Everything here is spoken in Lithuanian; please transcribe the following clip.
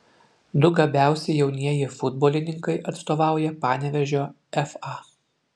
du gabiausi jaunieji futbolininkai atstovauja panevėžio fa